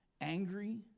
angry